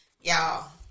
Y'all